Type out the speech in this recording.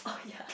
oh yeah